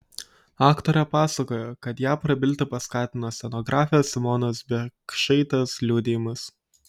aktorė pasakojo kad ją prabilti paskatino scenografės simonos biekšaitės liudijimas